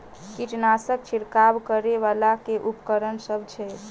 कीटनासक छिरकाब करै वला केँ उपकरण सब छै?